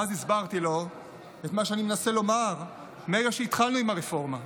ואז הסברתי לו את מה שאני מנסה לומר מרגע שהתחלנו עם הרפורמה,